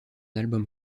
album